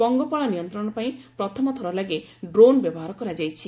ପଙ୍ଗପାଳ ନିୟନ୍ତ୍ରଣ ପାଇଁ ପ୍ରଥମ ଥର ଲାଗି ଡ୍ରୋନ୍ ବ୍ୟବହାର କରାଯାଇଛି